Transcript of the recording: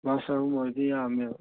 bus ꯑꯍꯨꯝ ꯑꯣꯏꯔꯗꯤ ꯌꯥꯝꯃꯦꯕ